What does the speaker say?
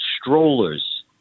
strollers